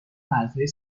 مرزهای